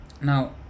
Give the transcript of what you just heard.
now